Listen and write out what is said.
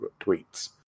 tweets